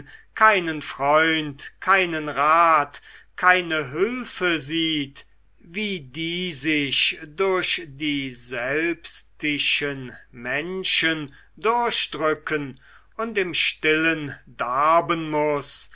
keinen freund keinen rat keine hülfe sieht wie die sich durch die selbstischen menschen durchdrücken und im stillen darben muß